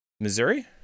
Missouri